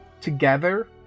together